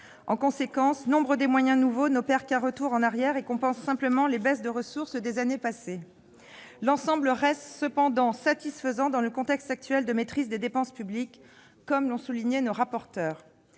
En conséquence, nombre des moyens nouveaux n'opèrent qu'un retour en arrière et compensent simplement les baisses de ressources des années passées. L'ensemble reste cependant satisfaisant dans le contexte actuel de maîtrise des dépenses publiques, comme l'ont souligné les rapporteurs.